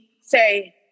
say